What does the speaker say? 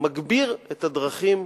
מגביר את הדרכים